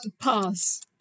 Pass